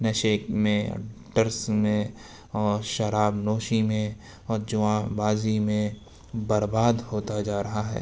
نشے میں چرس میں اور شراب نوشی میں اور جوا بازی میں برباد ہوتا جا رہا ہے